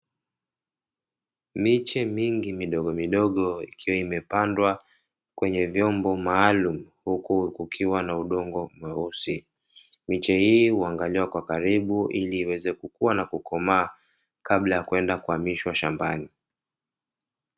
Miche mingi midogo midogo ikiwa imepandwa kwenye vyombo maalumu, huku kukiwa na udongo mweusi miche hii huangaliwa kwa karibu ili iweze kukua na kukomaa kabla ya kwenda kuhamishwa shambani.